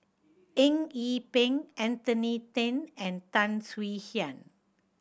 Eng Yee Peng Anthony Then and Tan Swie Hian